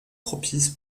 propice